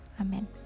amen